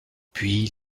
puis